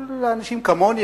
לאנשים כמוני,